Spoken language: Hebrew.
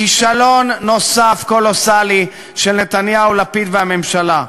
כישלון נוסף, קולוסלי, של נתניהו, לפיד והממשלה.